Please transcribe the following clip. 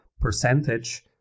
percentage